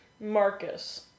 Marcus